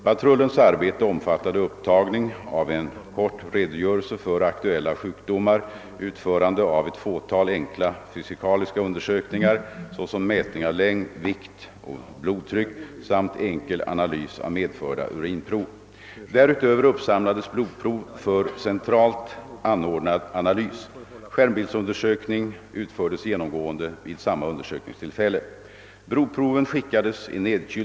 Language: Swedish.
Patrullens arbete omfattade upptagning av en kort redogörelse för aktuella sjukdomar, utförande av ett fåtal enkla fysikaliska undersökningar såsom mätning av längd, vikt och blodtryck samt enkel analys av medförda urinprov. Därutöver uppsamlades blodprov för centralt anordnad analys. Skärmbildsundersökning utfördes genomgående vid samma undersökningstillfälle.